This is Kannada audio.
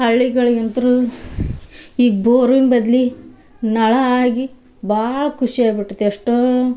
ಹಳ್ಳಿಗಳಿಗಂತೂ ಈಗ ಬೋರಿನ ಬದ್ಲು ನಳ ಆಗಿ ಭಾಳ್ ಖುಷಿ ಆಗಿಬಿಟೈತಿ ಎಷ್ಟೋ